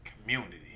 Community